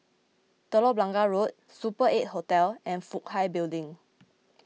Telok Blangah Road Super eight Hotel and Fook Hai Building